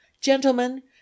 Gentlemen